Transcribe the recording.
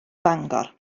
bangor